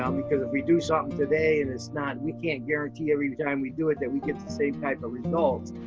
um because if we do something today that's not, we can't guarantee every time we do it that we get the same type of result.